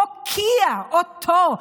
הוקיעה אותו,